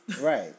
Right